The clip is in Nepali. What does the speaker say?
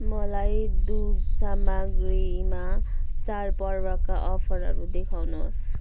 मलाई दुग्ध सामग्रीमा चाडपर्वका अफरहरू देखाउनुहोस्